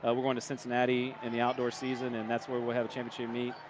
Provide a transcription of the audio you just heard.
ah we're going to cincinnati in the outdoor season. and that's where we'll have a championship meet.